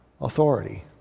authority